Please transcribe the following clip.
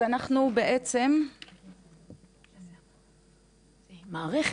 אז אנחנו בעצם --- היא מערכת,